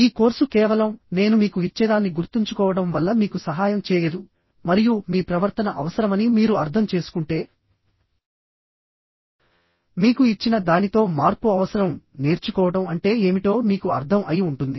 ఈ కోర్సు కేవలం నేను మీకు ఇచ్చేదాన్ని గుర్తుంచుకోవడం వల్ల మీకు సహాయం చేయదు మరియు మీ ప్రవర్తన అవసరమని మీరు అర్థం చేసుకుంటే మీకు ఇచ్చిన దానితో మార్పు అవసరంనేర్చుకోవడం అంటే ఏమిటో మీకు అర్థం అయి ఉంటుంది